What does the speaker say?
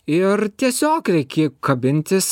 ir tiesiog reik į kabintis